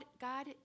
God